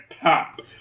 pop